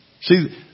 See